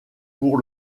pour